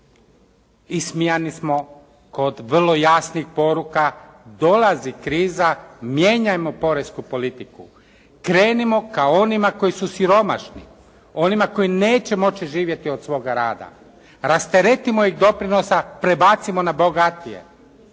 ismijani smo kod vrlo jasnih poruka dolazi kriza, mijenjajmo poresku politiku, krenimo ka onima koji su siromašni, onima koji neće moći živjeti od svog rada, rasteretimo ih doprinosa, prebacimo na bogatije.